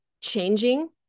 changing